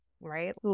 right